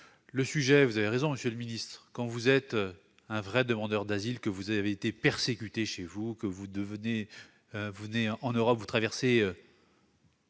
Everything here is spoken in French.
Karoutchi. Vous avez raison, monsieur le ministre, quand vous êtes un véritable demandeur d'asile, que vous avez été persécuté chez vous, que, pour venir en Europe, vous avez